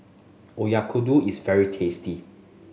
Oyakodon is very tasty